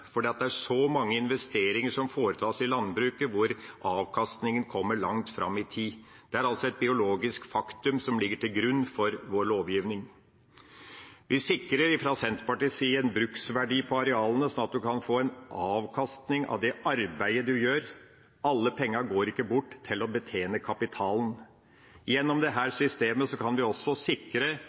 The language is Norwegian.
fordi det gir ansvar til den som eier, og det ansvaret er det myndighetene som gir, og sier at innenfor den rammen er en velkommen. Vi sikrer derigjennom det langsiktige eierskapet, for det er så mange investeringer som foretas i landbruket, hvor avkastningen kommer langt fram i tid. Det er altså et biologisk faktum som ligger til grunn for vår lovgivning. Vi sikrer fra Senterpartiets side en bruksverdi på arealene, slik at en kan få en avkastning av det arbeidet